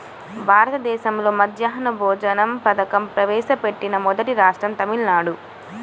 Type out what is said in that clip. భారతదేశంలో మధ్యాహ్న భోజన పథకం ప్రవేశపెట్టిన మొదటి రాష్ట్రం తమిళనాడు